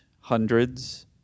hundreds